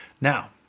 now